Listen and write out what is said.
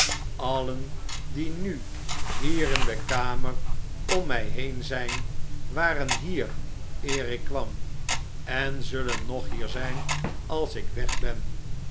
allen die nu hier in de kamer om mij heen zijn waren hier eer ik kwam en zullen nog hier zijn als ik weg ben